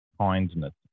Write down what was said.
kindness